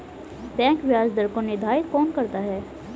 Bank ब्याज दर को निर्धारित कौन करता है?